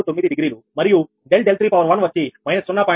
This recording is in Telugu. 229 డిగ్రీ మరియు ∆31వచ్చి −0